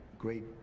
Great